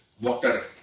water